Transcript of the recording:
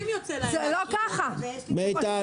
תודה, מיטל.